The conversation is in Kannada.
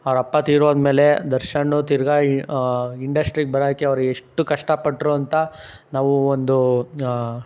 ಅವರಪ್ಪ ತೀರಿಹೋದ್ಮೇಲೆ ದರ್ಶನ್ ತಿರ್ಗ ಇ ಇಂಡಶ್ಟ್ರಿಗೆ ಬರೋಕ್ಕೆ ಅವ್ರು ಎಷ್ಟು ಕಷ್ಟಪಟ್ಟರು ಅಂತ ನಾವು ಒಂದು